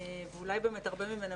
ואולי באמת הרבה ממנה